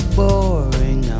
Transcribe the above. boring